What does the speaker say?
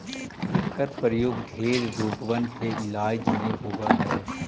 एकर प्रयोग ढेर रोगबन के इलाज में होब हई